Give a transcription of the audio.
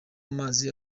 amazi